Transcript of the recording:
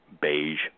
beige